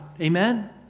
Amen